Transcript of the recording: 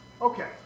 Okay